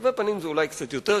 תווי פנים זה אולי קצת יותר קל,